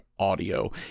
audio